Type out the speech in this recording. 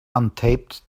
untaped